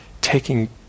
Taking